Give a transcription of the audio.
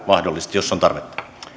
mahdollisesti edistää jos on tarvetta